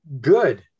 good